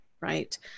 right